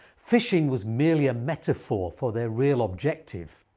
fishing was merely a metaphor for their real objective,